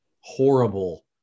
horrible